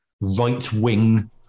right-wing